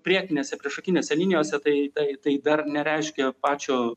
priekinėse priešakinėse linijose tai tai tai dar nereiškia pačio